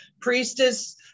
priestess